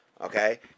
okay